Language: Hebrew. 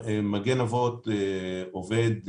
מגן אבות עובד.